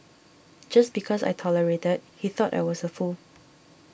just because I tolerated he thought I was a fool